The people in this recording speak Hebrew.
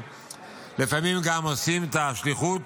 שלפעמים הם גם עושים את השליחות